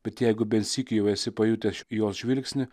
bet jeigu bent sykį jau esi pajutęs jos žvilgsnį